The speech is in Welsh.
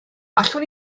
allwn